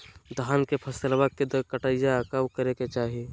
धान के फसलवा के कटाईया कब करे के चाही?